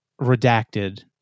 redacted